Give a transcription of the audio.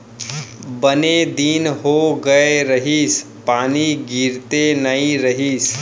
बने दिन हो गए रहिस, पानी गिरते नइ रहिस